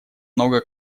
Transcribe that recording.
много